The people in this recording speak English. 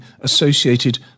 associated